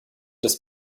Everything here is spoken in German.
des